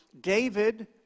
David